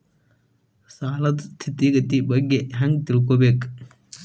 ಸಾಲದ್ ಸ್ಥಿತಿಗತಿ ಬಗ್ಗೆ ಹೆಂಗ್ ತಿಳ್ಕೊಬೇಕು?